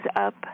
up